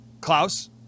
Klaus